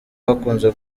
bakunze